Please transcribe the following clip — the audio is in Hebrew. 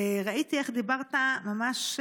ראיתי איך דיברת, ממש,